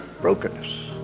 brokenness